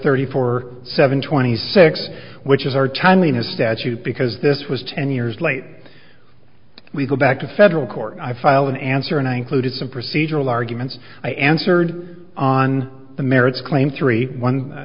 thirty four seven twenty six which is our timeliness statute because this was ten years late we go back to federal court i filed an answer and i included some procedural arguments i answered on the merits claim three